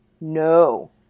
No